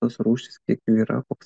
tas rūšis kiek jų yra koks